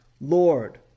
Lord